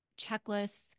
checklists